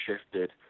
shifted